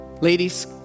Ladies